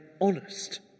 honest